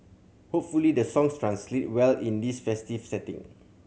hopefully the songs translate well in this festival setting